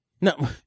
no